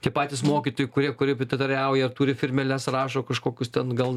tie patys mokytojai kurie korepetitoriauja ar turi firmeles rašo kažkokius ten gal